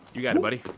you got it, buddy!